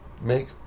make